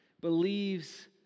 believes